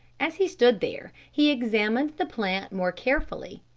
as he stood there he examined the plant more carefully.